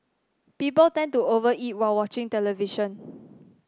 people tend to over eat while watching the television